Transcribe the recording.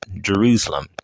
Jerusalem